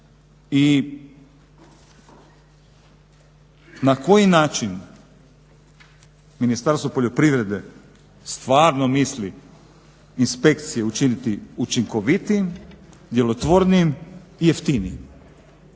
I na koji način Ministarstvo poljoprivrede stvarno misli inspekcije učiniti učinkovitijim, djelotvornijim i jeftinijim.